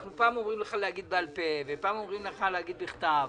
אנחנו פעם אומרים לך להגיד בעל פה ופעם אומרים לך להגיד בכתב,